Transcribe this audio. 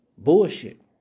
Bullshit